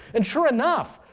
and sure enough,